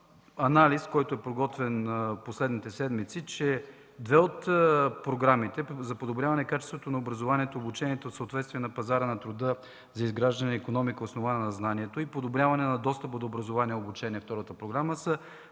анализ, подготвен в последните седмици, че две от програмите за подобряване качеството на образованието и обучението в съответствие с пазара на труда, за изграждане на икономика, основана на знанието, и подобряване на достъпа до образование и обучение – втората програма, са